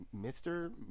Mr